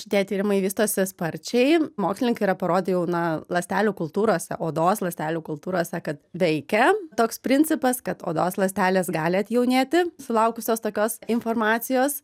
šitie tyrimai vystosi sparčiai mokslininkai yra parodę jau na ląstelių kultūrose odos ląstelių kultūrose kad veikia toks principas kad odos ląstelės gali atjaunėti sulaukusios tokios informacijos